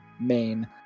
main